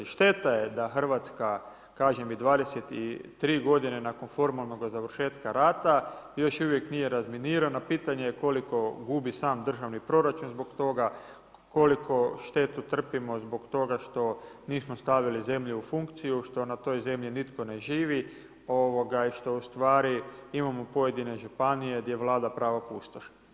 Šteta je da Hrvatska kažem i 23 g. nakon formalnog završetka rata, još uvijek nije razminirana, pitanje je koliko gubi sam državni proračun zbog toga, koliko štetu trpimo zbog toga što nismo stavili zemlju u funkciju, što na toj zemlji nitko ne živi i što ustvari imamo pojedine županije, gdje vlada pravo pustoš.